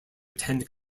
attend